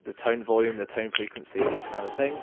the tone volume the tone frequency that kind of thing.